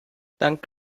dank